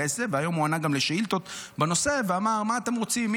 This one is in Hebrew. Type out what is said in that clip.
והיום הוא גם ענה לשאילתות בנושא ואמר: מה אתם רוצים?